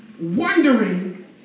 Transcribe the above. wondering